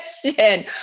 question